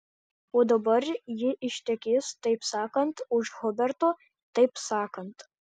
o dabar ji ištekės taip sakant už huberto taip sakant